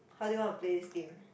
how do you wanna play this game